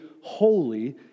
holy